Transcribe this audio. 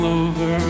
over